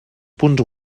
punts